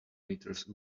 meters